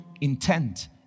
intent